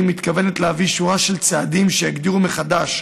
שהיא מתכוונת להביא שורה של צעדים שיגדירו מחדש